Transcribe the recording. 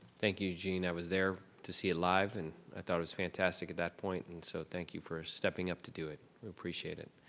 thank you, eugene, i was there to see it live. and i thought it was fantastic at that point and so thank you for stepping up to do it, we appreciate it,